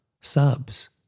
subs